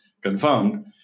confirmed